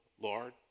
Lord